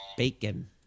Bacon